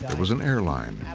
was an airline.